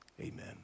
Amen